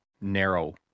narrow